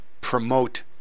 promote